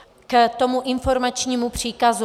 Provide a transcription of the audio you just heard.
K tomu informačnímu příkazu.